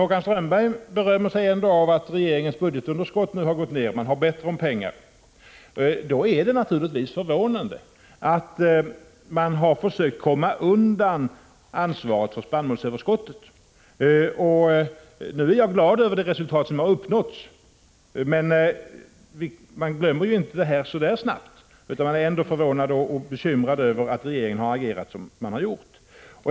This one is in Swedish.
Håkan Strömberg berömmer sig ändå av att regeringens budgetunderskott nu har gått ner och att man har mera pengar. Det är då förvånande att regeringen har försökt komma undan ansvaret för spannmålsöverskottet. Jag är glad över det resultat som har uppnåtts, men man glömmer inte detta så snabbt utan är förvånad och bekymrad över att regeringen har agerat så som den har gjort.